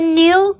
new